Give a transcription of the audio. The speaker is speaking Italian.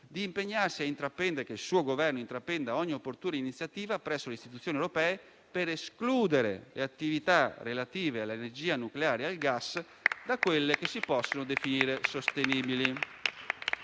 - ossia la necessità che il suo Governo intraprenda ogni opportuna iniziativa presso le istituzioni europee per escludere le attività relative all'energia nucleare e al gas da quelle che si possono definire sostenibili.